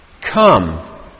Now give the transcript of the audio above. Come